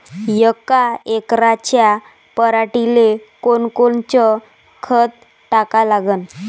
यका एकराच्या पराटीले कोनकोनचं खत टाका लागन?